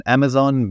Amazon